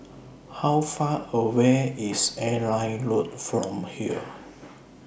How Far away IS Airline Road from here